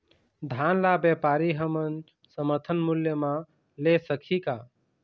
धान ला व्यापारी हमन समर्थन मूल्य म ले सकही का?